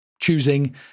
choosing